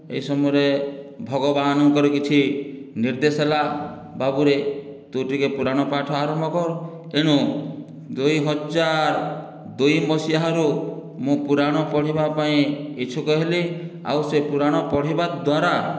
ଏହି ସମୟରେ ଭଗବାନଙ୍କର କିଛି ନିର୍ଦ୍ଦେଶ ହେଲା ବାବୁରେ ତୁ ଟିକିଏ ପୁରାଣ ପାଠ ଆରମ୍ଭ କର ତେଣୁ ଦୁଇ ହଜାର ଦୁଇ ମସିହାରୁ ମୁଁ ପୁରାଣ ପଢ଼ିବା ପାଇଁ ଇଚ୍ଛୁକ ହେଲି ଆଉ ସେ ପୁରାଣ ପଢ଼ିବା ଦ୍ଵାରା